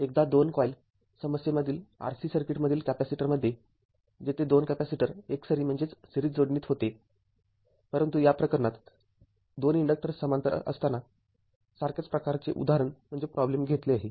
एकदा २ कॉईल समस्येमधिल RC सर्किटमधील कॅपेसिटरमध्ये जेथे २ कॅपेसिटर एकसरी जोडणीत होते परंतु या प्रकरणात २ इन्डक्टर्स समांतर असताना सारख्याच प्रकारचे उदाहरण घेतले आहे